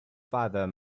father